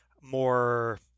more